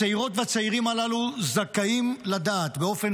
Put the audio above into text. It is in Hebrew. הצעירות והצעירים הללו זכאים לדעת באופן